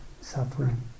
suffering